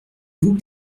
vous